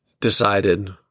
decided